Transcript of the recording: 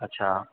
अच्छा